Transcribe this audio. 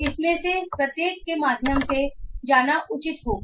इसमें से प्रत्येक के माध्यम से जाना उचित होगा